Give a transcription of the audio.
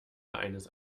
eines